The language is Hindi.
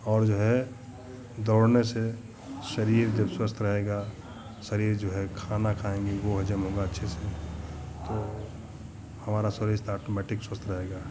और जो है दौड़ने से शरीर जब स्वस्थ रहेगा शरीर जो है खाना खाएँगे वो हजम होगा अच्छे से तो हमारा शरीर आटोमेटिक स्वस्थ रहेगा